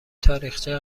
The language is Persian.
تاریخچه